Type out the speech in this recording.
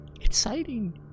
exciting